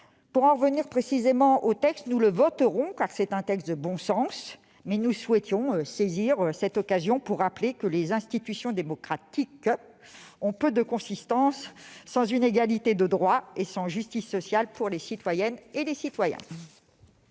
Nous voterons cette proposition de loi, car c'est un texte de bon sens, mais nous souhaitions saisir cette occasion pour rappeler que les institutions démocratiques ont peu de consistance sans une égalité de droits et sans justice sociale pour les citoyennes et les citoyens.